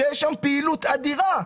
שיש שם פעילות אדירה,